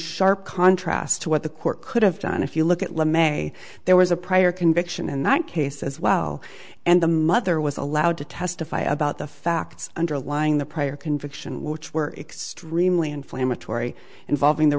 sharp contrast to what the court could have done if you look at limaye there was a prior conviction in that case as well and the mother was allowed to testify about the facts underlying the prior conviction which were extremely inflammatory involving the